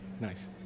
Nice